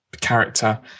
character